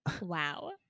Wow